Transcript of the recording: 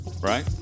right